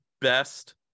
best